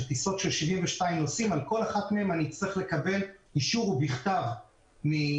טיסות של 72 נוסעים על כל אחת מהן אני אצטרך לקבל אישור בכתב מנתב"ג.